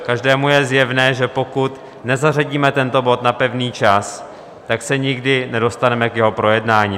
Každému je zjevné, že pokud nezařadíme tento bod na pevný čas, tak se nikdy nedostaneme k jeho projednání.